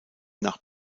nach